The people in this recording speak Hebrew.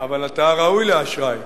אבל אתה ראוי לאשראי